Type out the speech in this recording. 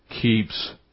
keeps